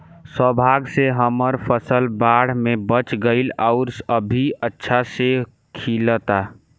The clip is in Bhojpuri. सौभाग्य से हमर फसल बाढ़ में बच गइल आउर अभी अच्छा से खिलता